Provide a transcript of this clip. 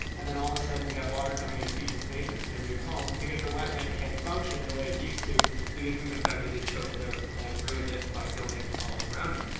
and then all of a sudden we have water coming into people's basements in their new home because the wetland can't function the way that it used to because we've effectively choked it out, and ruined it by building all around it.